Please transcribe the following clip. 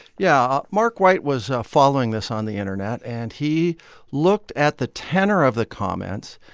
yeah, mark white was following this on the internet. and he looked at the tenor of the comments.